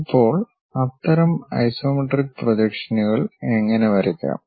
ഇപ്പോൾ അത്തരം ഐസോമെട്രിക് പ്രൊജക്ഷനുകൾ എങ്ങനെ വരയ്ക്കാം